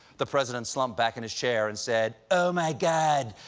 the president slumped back in his chair and said, oh my god.